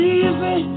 easy